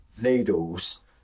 needles